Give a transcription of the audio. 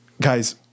guys